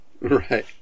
Right